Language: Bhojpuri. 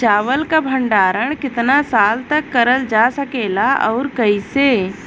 चावल क भण्डारण कितना साल तक करल जा सकेला और कइसे?